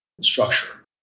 structure